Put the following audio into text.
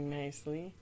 nicely